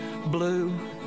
blue